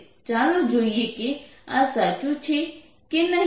ચાલો જોઈએ કે આ સાચું છે કે નહીં